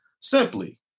simply